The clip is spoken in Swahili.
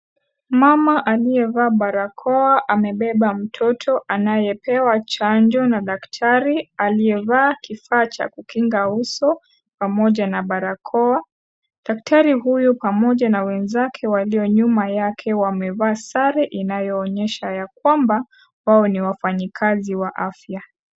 Mama aliyevaa barakoa amebeba mtoto anayepewa chanjo na daktari aliyevaa kifaa cha kukinga uso pamoja na barakoa, daktari huyu pamoja na wenzake walio nyuma yake wamevaa sare inayoonyesha ya kwamba wao ni wafanyikazi wa afya.